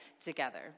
together